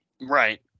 Right